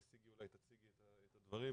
וסיגי תציג את הדברים,